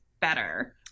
better